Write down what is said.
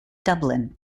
dublin